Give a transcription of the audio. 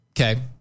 Okay